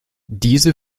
diese